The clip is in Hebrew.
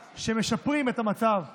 מה אתה בכלל מתאמץ?